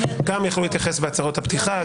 גם יכלו להתייחס בהצהרות הפתיחה,